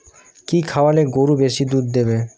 কি খাওয়ালে গরু বেশি দুধ দেবে?